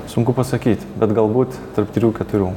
sunku pasakyt bet galbūt tarp trijų keturių